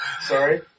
Sorry